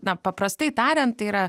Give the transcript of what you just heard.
na paprastai tariant tai yra